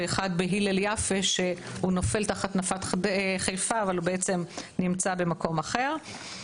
ואחד ב"הלל יפה" שהוא תחת נפת חיפה אבל הוא בעצם נמצא במקום אחר.